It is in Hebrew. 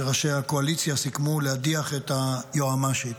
שראשי הקואליציה סיכמו להדיח את היועמ"שית.